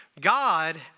God